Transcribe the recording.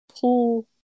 pull